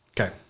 okay